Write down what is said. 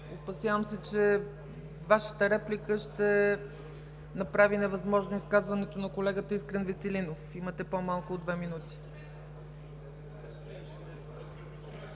опасявам се, че Вашата реплика ще направи невъзможно изказването на колегата Искрен Веселинов. Имате по-малко от две минути.